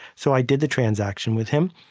so i did the transaction with him.